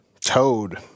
Toad